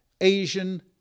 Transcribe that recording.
Asian